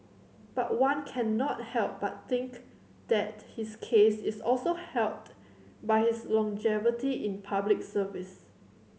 but one cannot help but think that his case is also helped by his longevity in Public Service